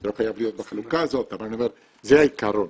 לא חייב להיות בחלוקה הזאת, אבל זה העיקרון.